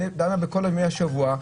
דנה בכל ימי השבוע,